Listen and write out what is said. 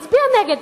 הצביעה נגד.